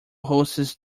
hosts